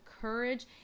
courage